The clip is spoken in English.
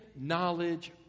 knowledge